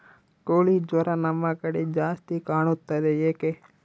ಕೋಳಿ ಜ್ವರ ನಮ್ಮ ಕಡೆ ಜಾಸ್ತಿ ಕಾಣುತ್ತದೆ ಏಕೆ?